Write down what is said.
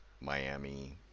miami